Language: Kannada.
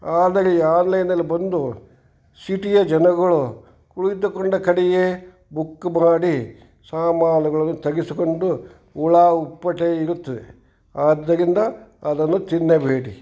ಆದರೆ ಈ ಆನ್ಲೈನ್ ಎಲ್ಲ ಬಂದು ಸಿಟಿಯ ಜನಗಳು ಕುಳಿತುಕೊಂಡ ಕಡೆಯೇ ಬುಕ್ ಮಾಡಿ ಸಾಮಾನುಗಳನ್ನು ತೆಗೆಸಿಕೊಂಡು ಹುಳ ಹುಪ್ಪಟೆ ಇರುತ್ತದೆ ಆದ್ದರಿಂದ ಅದನ್ನು ತಿನ್ನಬೇಡಿ